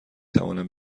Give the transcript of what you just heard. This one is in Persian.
توانم